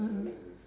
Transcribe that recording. ah